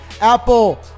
Apple